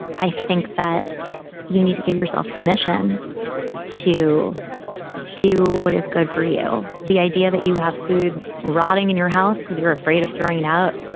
i think that you need to give yourself permission to do what is good for you. the idea that you have food rotting in your house because you're afraid of throwing it out,